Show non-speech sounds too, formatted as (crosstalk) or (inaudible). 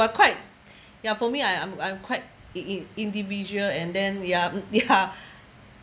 but quite ya for me I'm I'm I'm quite in~ in~ individual and then ya mm ya (laughs)